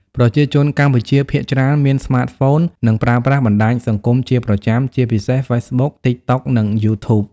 ប្រជាជនកម្ពុជាភាគច្រើនមានស្មាតហ្វូន និងប្រើប្រាស់បណ្ដាញសង្គមជាប្រចាំ ជាពិសេស ហ្វេកប៊ុក តិកតុក និងយូធូប។